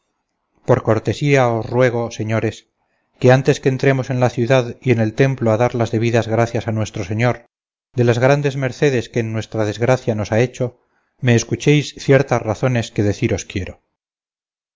por cortesía os ruego señores que antes que entremos en la ciudad y en el templo a dar las debidas gracias a nuestro señor de las grandes mercedes que en nuestra desgracia nos ha hecho me escuchéis ciertas razones que deciros quiero